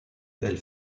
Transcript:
elle